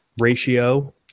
ratio